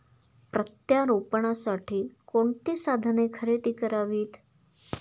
प्रत्यारोपणासाठी कोणती साधने खरेदी करावीत?